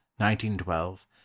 1912